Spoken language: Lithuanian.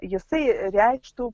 jisai reikštų